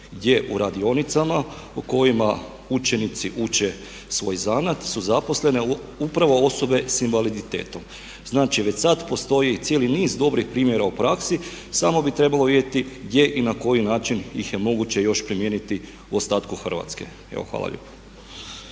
gdje u radionicama u kojima učenici uče svoj zanat su zaposlene upravo osobe s invaliditetom. Znači, već sad postoji cijeli niz dobrih primjera u praksi samo bi trebalo vidjeti gdje i na koji način ih je moguće još primijeniti u ostatku Hrvatske. Evo hvala lijepa.